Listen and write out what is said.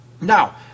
Now